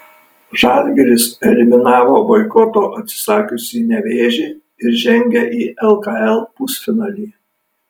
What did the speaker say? žalgiris eliminavo boikoto atsisakiusį nevėžį ir žengė į lkl pusfinalį